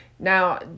Now